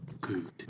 Good